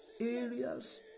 areas